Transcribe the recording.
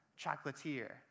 chocolatier